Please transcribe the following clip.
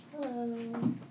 Hello